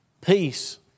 peace